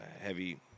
heavy